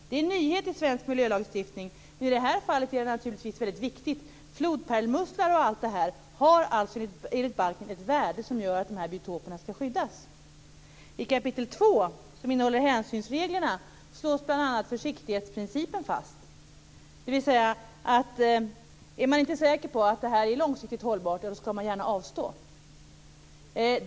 Det är en nyhet i svensk miljölagstiftning, men i det här fallet är det naturligtvis väldigt viktigt. Flodpärlmusslor m.m. har alltså enligt balken ett värde som gör att dessa biotoper skall skyddas. försiktighetsprincipen fast. Det betyder att om man inte är säker på att det är långsiktigt hållbart skall man gärna avstå.